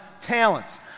talents